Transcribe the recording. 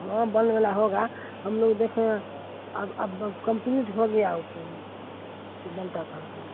हाँ बन मेला होगा हमलोग देखे हैं अब अब कम्प्लीट हो गया वह पुल जो बनता था